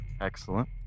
Excellent